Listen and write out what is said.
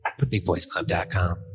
Bigboysclub.com